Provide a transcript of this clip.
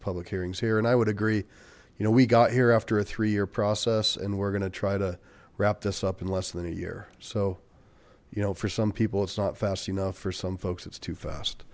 public hearings here and i would agree you know we got here after a three year process and we're gonna try to wrap this up in less than a year so you know for some people it's not fast enough for some folks it's too fast